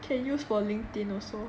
can use for LinkedIn also